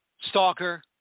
stalker